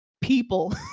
people